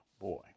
boy